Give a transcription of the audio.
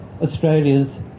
Australia's